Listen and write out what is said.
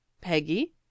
Peggy